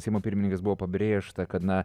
seimo pirmininkės buvo pabrėžta kad na